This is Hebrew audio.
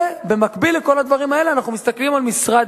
ובמקביל לכל הדברים האלה אנחנו מסתכלים על משרד